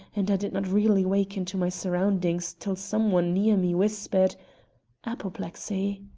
and i did not really waken to my surroundings till some one near me whispered apoplexy!